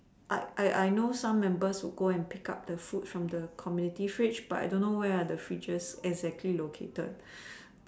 I I I know some members who go and pick up the food from the community fridge but I don't know where are the fridges exactly located